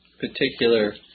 particular